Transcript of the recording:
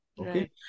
Okay